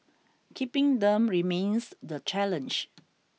keeping them remains the challenge